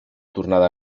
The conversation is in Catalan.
tornada